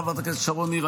חברת הכנסת שרון ניר,